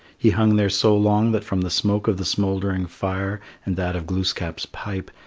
he hung there so long that from the smoke of the smouldering fire and that of glooskap's pipe,